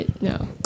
No